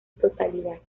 totalidad